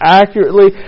accurately